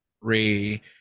Ray